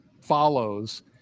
follows